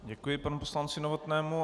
Děkuji panu poslanci Novotnému.